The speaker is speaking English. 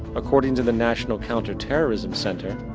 according to the national counter-terrorism center,